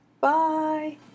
Bye